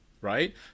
right